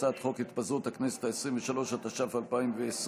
הצעת חוק התפזרות הכנסת העשרים-ושלוש, התש"ף 2020,